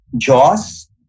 Jaws